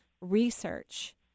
research